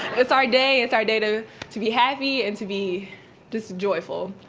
it's our day, its our day to to be happy and to be just joyful.